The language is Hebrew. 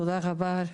תודה רבה,